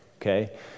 okay